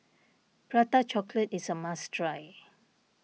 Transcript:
Prata Chocolate is a must try